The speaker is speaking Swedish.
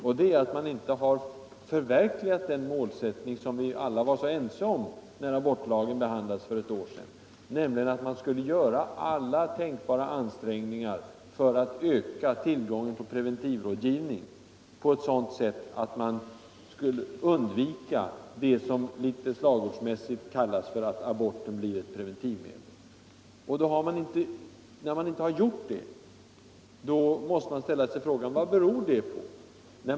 Man har inte förverkligat den målsättning som vi alla var överens om när abortlagen behandlades för ett år sedan, nämligen att man skall göra alla tänkbara ansträngningar för att öka tillgången på preventivmedelsrådgivning, och undvika vad som litet slagordsmässigt kallas för att aborten blir ett preventivmedel. Jag frågar mig: Vad beror det på, att man inte har gjort det?